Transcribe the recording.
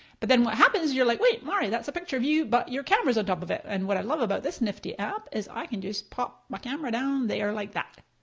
but then what happens you're like, wait mari that's a picture of you but your camera's on top of it. and what i love about this nifty app is i can just pop my camera down there like that.